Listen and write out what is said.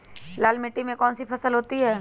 लाल मिट्टी में कौन सी फसल होती हैं?